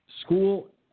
School